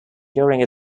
during